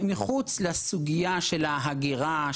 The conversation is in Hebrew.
מחוץ לסוגיית ההגירה,